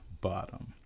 bottom